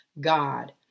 God